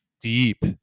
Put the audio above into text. deep